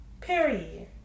Period